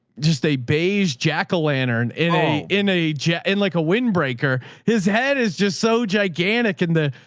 just a beige jack-o-lantern in a, in a jet, in like a windbreaker. his head is just so gigantic. and the,